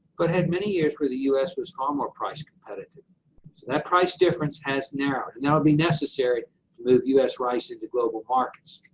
but had many years where the u s. was far more price competitive. so that price difference has narrowed. and that would be necessary to move u s. rice into global markets.